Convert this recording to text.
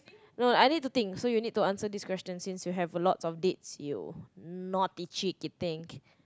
no I need to think so you need to answer this question since you have a lot of dates you naughty cheeky think